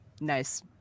Nice